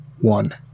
One